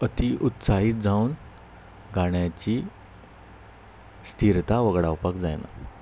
अती उत्साहीत जावन गाण्याची स्थिरता वगडावपाक जायना